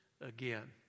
again